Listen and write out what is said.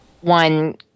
one